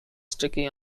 sticky